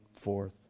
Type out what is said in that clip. forth